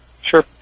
Sure